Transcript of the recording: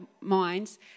minds